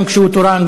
גם כשהוא תורן,